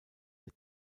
der